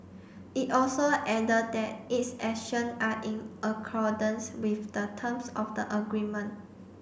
it also added that its action are in accordance with the terms of the agreement